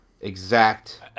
exact